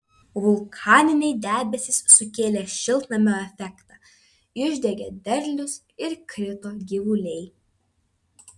vulkaniniai debesys sukėlė šiltnamio efektą išdegė derlius ir krito gyvuliai